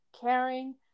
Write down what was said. caring